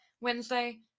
Wednesday